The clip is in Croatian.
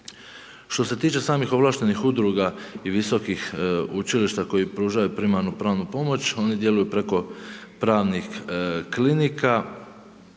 Što se tiče samih ovlaštenih udruga i visokih učilišta koji pružaju primarnu pravnu pomoć, oni djeluju preko pravnih klinika.